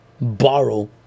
borrow